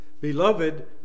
Beloved